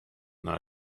not